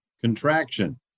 contraction